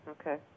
Okay